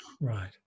Right